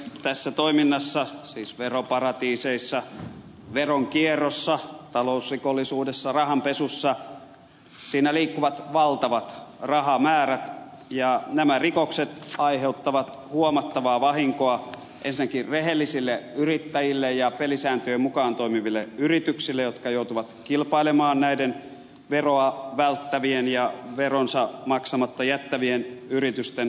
tässä toiminnassa siis veroparatiiseissa veronkierrossa talousrikollisuudessa rahanpesussa liikkuvat valtavat rahamäärät ja nämä rikokset aiheuttavat huomattavaa vahinkoa ensinnäkin rehellisille yrittäjille ja pelisääntöjen mukaan toimiville yrityksille jotka joutuvat kilpailemaan näiden veroa välttävien ja veronsa maksamatta jättävien yritysten kanssa